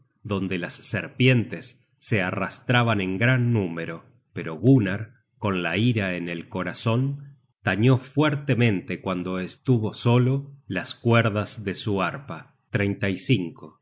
donde las serpientes se arrastraban en gran número pero gunnar con la ira en el corazon tañió fuertemente cuando estuvo solo las cuerdas de su arpa las